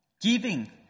Giving